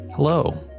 Hello